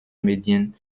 medien